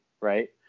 right